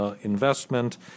investment